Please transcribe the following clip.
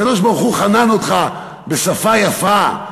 הקדוש-ברוך-הוא חנן אותך בשפה יפה,